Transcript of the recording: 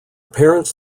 parents